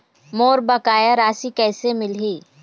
मोर बकाया राशि कैसे मिलही?